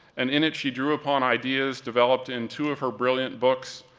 and in it, she drew upon ideas developed in two of her brilliant books,